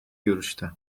görüşte